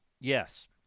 Yes